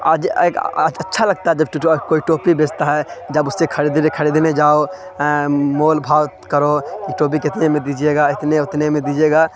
آج اچھا لگتا ہے جب کوئی ٹوپی بیچتا ہے جب اس سے خریدبے جاؤ مول بھاؤ کرو کہ ٹوپی کتنے میں دیجیے گا اتنے اتنے میں دیجیے گا